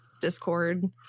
Discord